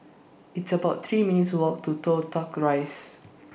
It's about three minutes' Walk to Toh Tuck Rise